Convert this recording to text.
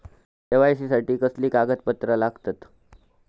KYC साठी कसली कागदपत्र लागतत?